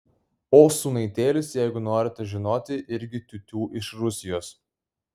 o sūnaitėlis jeigu norite žinoti irgi tiutiū iš rusijos